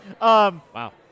Wow